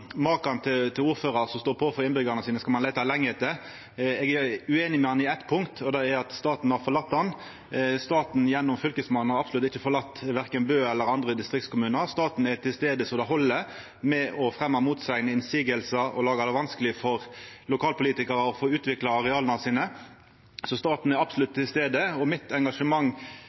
til ordførar som står på for innbyggjarane sine, skal ein leita lenge etter. Eg er ueinig med han på eitt punkt, og det er at staten har forlate han. Staten, gjennom Fylkesmannen, har absolutt ikkje forlate verken Bø eller andre distriktskommunar. Staten er til stades så det held, med å fremja motsegn, innvendingar og gjera det vanskeleg for lokalpolitikarar å få utvikla areala sine. Staten er absolutt til stades. Mitt engasjement